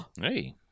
hey